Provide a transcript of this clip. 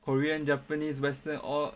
korean japanese western all